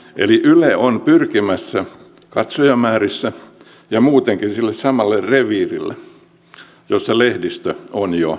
eli yle on pyrkimässä katsojamäärissä ja muutenkin sille samalle reviirille jossa lehdistö on jo